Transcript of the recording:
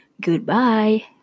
Goodbye